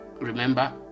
Remember